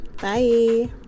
bye